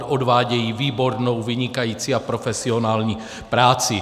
Odvádějí výbornou, vynikající a profesionální práci.